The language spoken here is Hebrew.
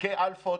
וחלקי אלפות.